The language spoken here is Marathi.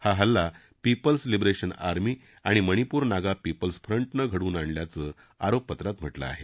हा हल्ला पीपल्स लिबरेशन आर्मी आणि मणिपूर नागा पीपल्स फ्रंटनं घडवून आणल्याचं आरोपपत्रात म्हटलं आहे